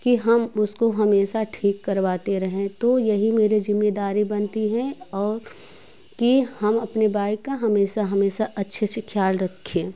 कि हम उसको हमेशा ठीक करवाते रहें तो यही मेरे जिम्मेदारी बनती हैं और कि हम अपने बाइक का हमेश हमेश अच्छे से ख़याल रखें